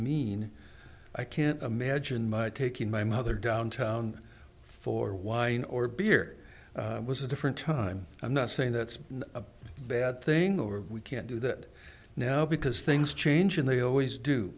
can't imagine my taking my mother downtown for wine or beer was a different time i'm not saying that's a bad thing or we can't do that now because things change and they always do